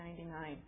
1999